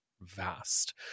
vast